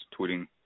tweeting